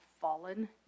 fallen